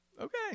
Okay